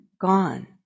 gone